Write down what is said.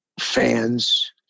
fans